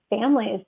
families